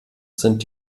sind